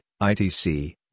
ITC